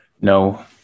No